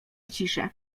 ciszę